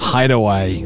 Hideaway